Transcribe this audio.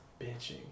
bitching